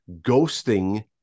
ghosting